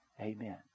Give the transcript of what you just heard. Amen